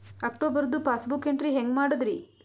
ಅಕ್ಟೋಬರ್ದು passbook entry ಹೆಂಗ್ ಮಾಡದ್ರಿ?